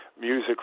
music